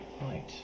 Right